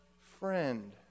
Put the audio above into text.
friend